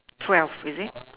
twelve is it